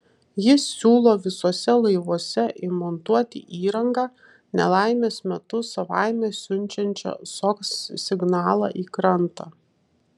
jis siūlo visuose laivuose įmontuoti įrangą nelaimės metu savaime siunčiančią sos signalą į krantą